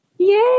Yay